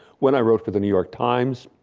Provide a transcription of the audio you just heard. when i wrote for the new york times,